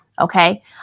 okay